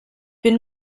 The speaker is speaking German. bin